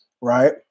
right